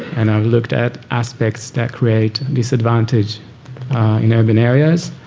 and i've looked at aspects that create disadvantage in urban areas.